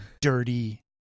dirty